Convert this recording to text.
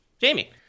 Jamie